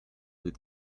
with